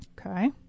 Okay